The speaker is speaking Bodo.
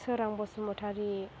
सोरां बसुमतारी